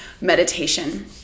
meditation